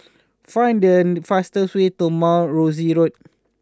find the fastest way to Mount Rosie Road